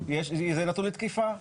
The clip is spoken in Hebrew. זה נתון לתקיפה.